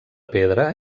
pedra